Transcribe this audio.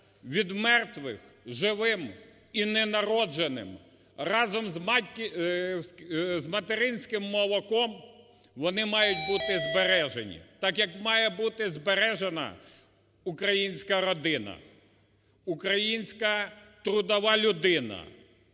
від мертвих живим і ненародженим, разом з материнським молоком вони мають бути збережені, так як має бути збережена українська родина, українська трудова людини.